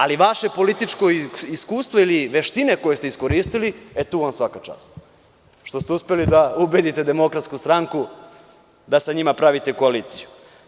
Ali, vaše političko iskustvo ili veštine koje ste iskoristili, e tu vam svaka čast, što ste uspeli da ubedite Demokratsku stranku da sa njima pravite koaliciju.